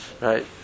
right